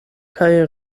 kaj